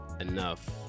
enough